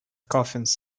coffins